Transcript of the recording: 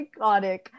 iconic